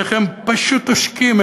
איך הם פשוט עושקים,